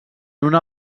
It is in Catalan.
una